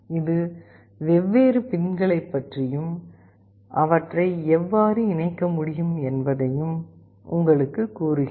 இது வெவ்வேறு பின்களைப் பற்றியும் அவற்றை எவ்வாறு இணைக்க முடியும் என்பதையும் உங்களுக்குக் கூறுகிறது